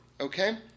okay